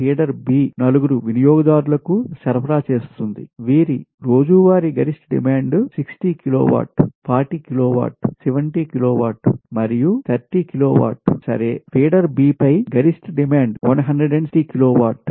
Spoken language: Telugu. ఫీడర్ B నలుగురు వినియోగదారులకు సరఫరా చేస్తుంది వీరి రోజువారీ గరిష్ట డిమాండ్ 60 కిలోవాట్ 40 కిలోవాట్ 70 కిలోవాట్ మరియు 30 కిలోవాట్ సరే ఫీడర్ B పై గరిష్ట డిమాండ్ 160 కిలోవాట్